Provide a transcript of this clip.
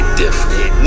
different